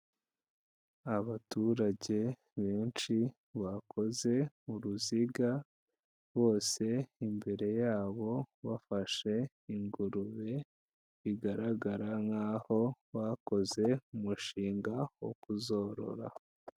Abaturage benshi, bakoze uruziga, bose imbere yabo bafashe ingurube bigaragara nkaho bakoze umushinga wo kuzorora.